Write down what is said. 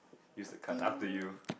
use the cards up to you